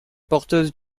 porteuse